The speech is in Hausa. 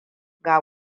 ga